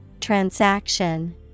Transaction